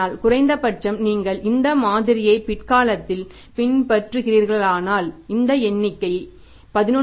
ஆனால் குறைந்தபட்சம் நீங்கள் இந்த மாதிரியை பிற்காலத்தில் பின்பற்றுகிறீர்களானால் இந்த எண்ணிக்கை 11